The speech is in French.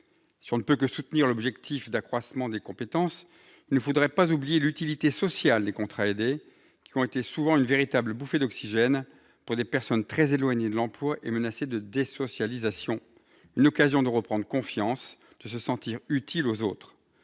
Si l'on ne peut que soutenir l'objectif d'accroissement des compétences, il ne faudrait pas oublier l'utilité sociale des contrats aidés, qui ont souvent été une véritable bouffée d'oxygène pour des personnes très éloignées de l'emploi et menacées de désocialisation : une occasion de reprendre confiance, de se sentir utile aux autres.